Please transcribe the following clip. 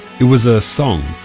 it was a song.